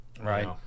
Right